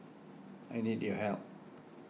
I need your help